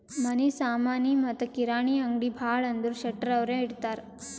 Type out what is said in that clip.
ಮನಿ ಸಾಮನಿ ಮತ್ತ ಕಿರಾಣಿ ಅಂಗ್ಡಿ ಭಾಳ ಅಂದುರ್ ಶೆಟ್ಟರ್ ಅವ್ರೆ ಇಡ್ತಾರ್